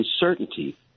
uncertainty